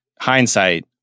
hindsight